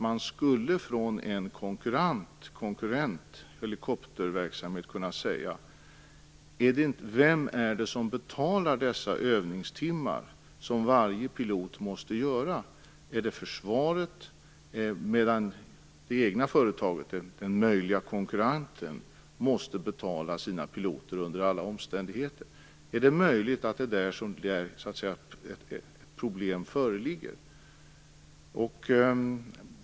Inom en konkurrerande helikopterverksamhet skulle man kunna undra vem det är som betalar de övningstimmar som varje pilot måste ha. Är det försvaret? Den möjliga konkurrenten måste ju betala sina piloter under alla omständigheter. Det är möjligt att det är där det föreligger ett problem.